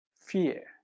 fear